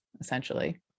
essentially